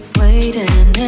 waiting